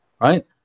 right